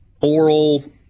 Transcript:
oral